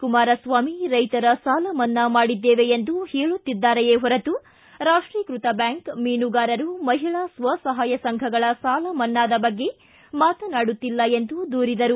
ಕುಮಾರಸ್ವಾಮಿ ರೈಶರ ಸಾಲ ಮನ್ನಾ ಮಾಡಿದ್ದೇವೆ ಎಂದು ಹೇಳುತ್ತಿದ್ದಾರೆಯೇ ಹೊರತು ರಾಷ್ಟೀಕೃತ ಬ್ಯಾಂಕ್ ಮೀನುಗಾರರು ಮಹಿಳಾ ಸ್ವ ಸಹಾಯ ಸಂಘಗಳ ಸಾಲ ಮನ್ನಾದ ಬಗ್ಗೆ ಮಾತನಾಡುತ್ತಿಲ್ಲ ಎಂದು ದೂರಿದರು